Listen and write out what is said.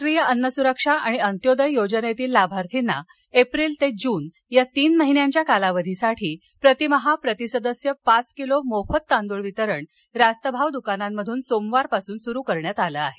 राष्ट्रीय अन्नसुरक्षा आणि अंत्योदय योजनेतील लाभार्थींना एप्रिल ते जून या तीन महिन्यांच्या कालावधीसाठी प्रतिमहा प्रति सदस्य पाच किलो मोफत तांदूळ वितरण रास्तभाव दुकानांमधून सोमवारपासून सुरू करण्यात आलं आहे